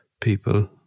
people